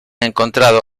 encontrado